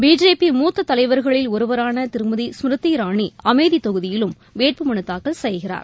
BJP மூத்ததலைவர்களில் ஒருவரானதிருமதி ஸ்மிருதி இராணிஅமேதிதொகுதியிலும் வேட்பு மனுதாக்கல் செய்கிறார்